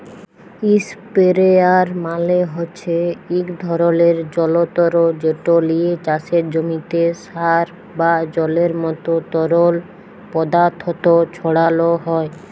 ইসপেরেয়ার মালে হছে ইক ধরলের জলতর্ যেট লিয়ে চাষের জমিতে সার বা জলের মতো তরল পদাথথ ছড়ালো হয়